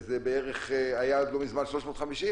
וזה היה עד לא מזמן 350,